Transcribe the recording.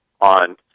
on